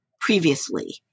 previously